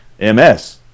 MS